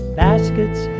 baskets